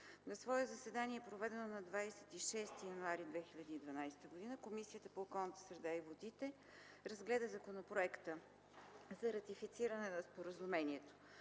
На свое заседание, проведено на 26 януари 2012 г., Комисията по околната среда и водите разгледа Законопроекта за ратифициране на споразумението.